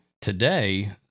Today